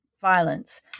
violence